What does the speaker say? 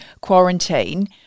quarantine